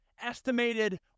estimated